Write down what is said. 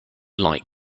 like